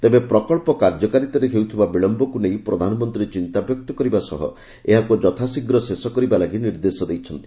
ତେବେ ପ୍ରକଳ୍ପ କାର୍ଯ୍ୟକାରିତାରେ ହେଉଥିବା ବିଳୟକୁ ନେଇ ପ୍ରଧାନମନ୍ତ୍ରୀ ଚିନ୍ତାବ୍ୟକ୍ତ କରିବା ସହ ଏହାକୁ ଯଥାଶୀଘ୍ର ଶେଷ କରିବା ଲାଗି ନିର୍ଦ୍ଦେଶ ଦେଇଛନ୍ତି